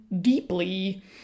deeply